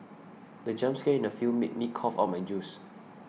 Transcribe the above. the jump scare in the film made me cough out my juice